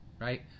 right